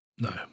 No